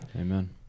Amen